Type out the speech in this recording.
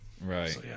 Right